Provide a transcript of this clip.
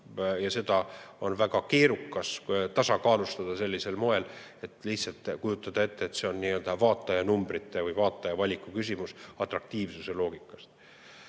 Seda on väga keerukas tasakaalustada sellisel moel, et lihtsalt kujutad ette, et see on vaatajanumbrite või vaataja valiku küsimus atraktiivsuse loogikas.